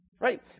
Right